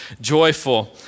joyful